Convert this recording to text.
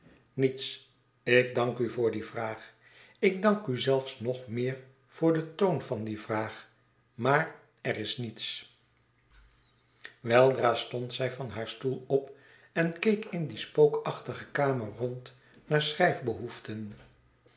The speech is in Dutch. niets ik dank u voor die vraag ik dank u zelfs nog meer voor den toon van die vraag maar er is niets weldra stond zij van haar stoel op en keek in die spookachtige kamer rond naar